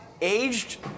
aged